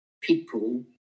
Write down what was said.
people